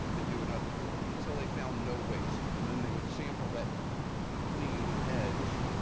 and do another core, until they found no waste, and then they would sample that clean edge,